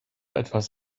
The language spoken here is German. etwas